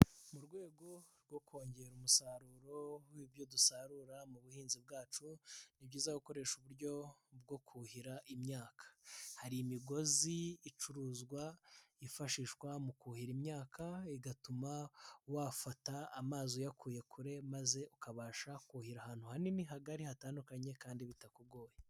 Mu rwego rwo kongera umusaruro w'ibyo dusarura mu buhinzi bwacu ni byizakoresha uburyo bwo kuhira imyaka; hari imigozi icuruzwa yifashishwa mu kuhira imyaka igatuma wafata amazi uyakuye kure maze ukabasha kuhira ahantu hanini hagari hatandukanye kandi bitakugoye.